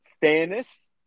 fairness